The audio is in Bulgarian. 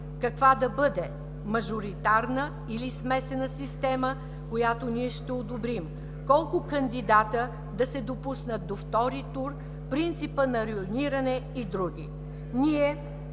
каква да бъде – мажоритарна или смесена система, която ние ще одобрим? Колко кандидата да се допуснат до втори тур, принципът на райониране и други?